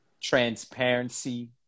transparency